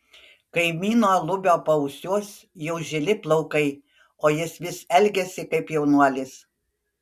kaimyno lubio paausiuos jau žili plaukai o jis vis elgiasi kaip jaunuolis